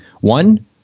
One